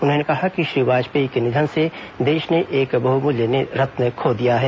उन्होंने कहा कि श्री वाजपेयी के निधन से देश ने एक बहुमूल्य रत्न खो दिया है